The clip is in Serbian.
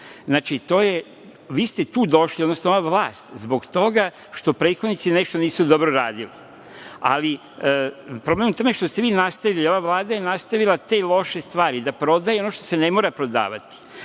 Znači, vi ste tu došli, odnosno, ova vlast zbog toga što prethodnici nešto nisu dobro radili ali problem je u tome što ste vi nastavili i ova Vlada je nastavila te loše stvari, da prodaje ono što se ne mora prodavati. Pitali